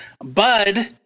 Bud